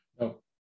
No